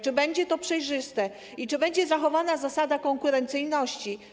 Czy będzie to przejrzyste i czy będzie zachowana zasada konkurencyjności?